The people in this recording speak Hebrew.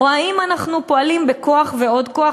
או האם אנחנו פועלים בכוח ועוד כוח,